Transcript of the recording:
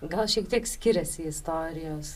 gal šiek tiek skiriasi istorijos